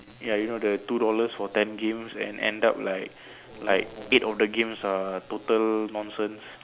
ya you know the two dollar for ten games then end up like like eight of games are total nonsense